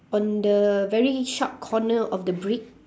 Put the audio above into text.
on the very sharp corner of the brick